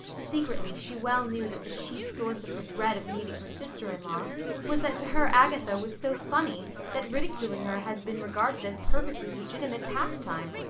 secretly, she well knew that the chief source of her dread of meeting her sister-in-law was that to her agatha was so funny that ridiculing her had been regarded as perfectly legitimate pastime.